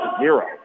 zero